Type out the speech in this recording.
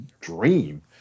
dream